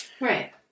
Right